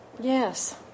yes